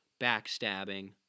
backstabbing